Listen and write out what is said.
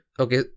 Okay